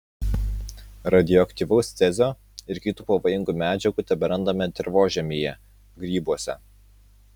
radioaktyvaus cezio ir kitų pavojingų medžiagų teberandame dirvožemyje grybuose